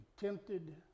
tempted